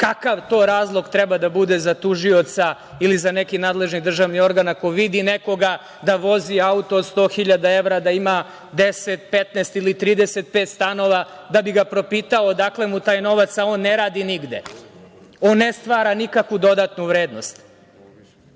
kakav to razlog treba da bude za tužioca ili za neki nadležni državni organ ako vidi nekoga da vozi auto od 100.000 evra, da ima 10, 15 ili 35 stanova, da bi ga propitao odakle mu taj novac, a on ne radi nigde, on ne stvara nikakvu dodatnu vrednost,